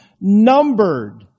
numbered